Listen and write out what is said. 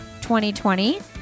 2020